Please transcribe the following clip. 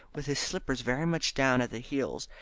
with his slippers very much down at the heels,